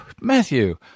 Matthew